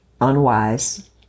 unwise